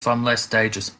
stages